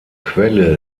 quelle